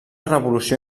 revolució